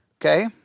okay